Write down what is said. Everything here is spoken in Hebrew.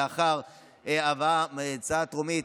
לאחר הצעה טרומית,